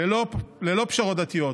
ללא פשרות דתיות,